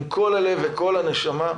עם כל הלב וכל הנשמה.